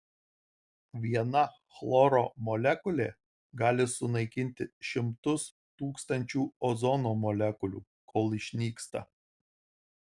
viena chloro molekulė gali sunaikinti šimtus tūkstančių ozono molekulių kol išnyksta